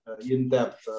in-depth